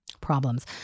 Problems